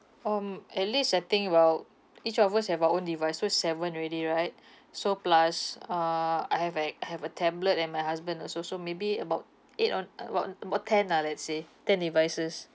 um at least I think about each of us have our own device so seven already right so plus uh I have like I have a tablet and my husband also so maybe about eight or about about ten lah let's say ten devices